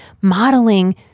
modeling